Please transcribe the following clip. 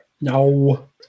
No